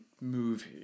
movie